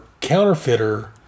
counterfeiter